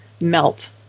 melt